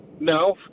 No